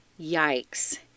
Yikes